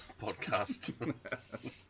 podcast